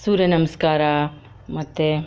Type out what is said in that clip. ಸೂರ್ಯ ನಮಸ್ಕಾರ ಮತ್ತು